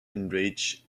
enraged